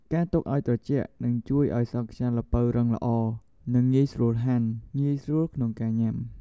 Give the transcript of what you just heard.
ការទុកឲ្យត្រជាក់នឹងជួយឲ្យសង់ខ្យារឹងល្អ និងងាយស្រួលហាន់ ងាយស្រួលក្នុងការញាំ។